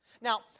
Now